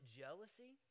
jealousy